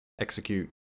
execute